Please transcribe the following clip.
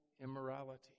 immorality